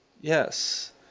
Yes